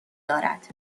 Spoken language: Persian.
دارد